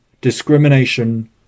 discrimination